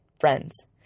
friends